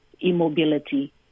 immobility